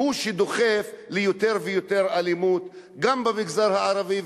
היא דוחפת ליותר ויותר אלימות גם במגזר הערבי,